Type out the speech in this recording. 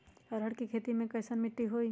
अरहर के खेती मे कैसन मिट्टी होइ?